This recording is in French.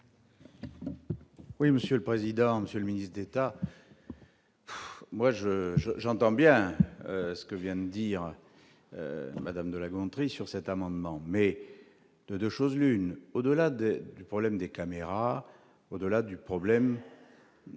Oui, monsieur le président, Monsieur le ministre d'État. Moi, je, je, j'entends bien ce que vient de dire Madame de La Gontrie sur cet amendement, mais de 2 choses l'une : au-delà de du problème des caméras, au-delà du problème